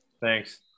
Thanks